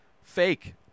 fake